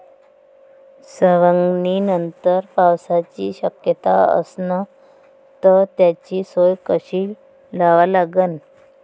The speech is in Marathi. सवंगनीनंतर पावसाची शक्यता असन त त्याची सोय कशी लावा लागन?